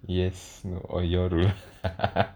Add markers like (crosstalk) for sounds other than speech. yes no oh your rule (laughs)